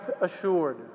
assured